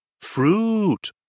Fruit